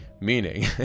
Meaning